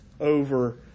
over